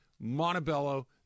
Montebello